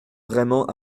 vraiment